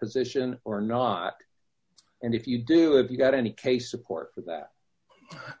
position or not and if you do if you've got any case support that